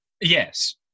Yes